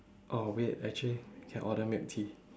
oh wait actually can order milk tea